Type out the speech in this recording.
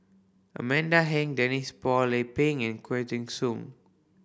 Amanda Heng Denise Phua Lay Peng and Soon